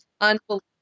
Unbelievable